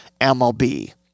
MLB